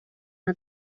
una